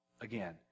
again